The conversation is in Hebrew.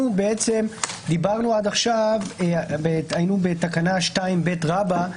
דיברנו עד עכשיו בתקנה 2ב רבא,